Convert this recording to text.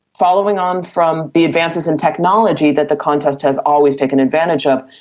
following on from the advances in technology that the contest has always taken advantage of,